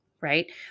right